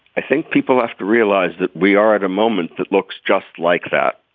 i think people have to realize that we are at a moment that looks just like that.